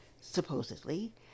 supposedly